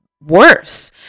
worse